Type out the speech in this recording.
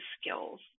skills